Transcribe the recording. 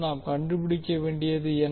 நாம் கண்டுபிடிக்க வேண்டியது என்ன